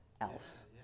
else